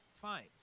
fine